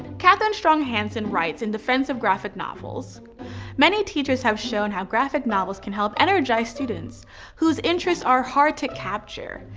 kathryn strong hansen writes in defense of graphic novels many teachers have shown how graphic novels can help energize students whose interests are hard to capture,